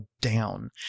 down